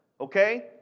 okay